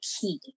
key